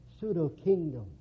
pseudo-kingdom